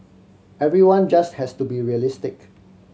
everyone just has to be realistic